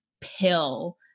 pill